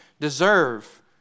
deserve